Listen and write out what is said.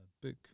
book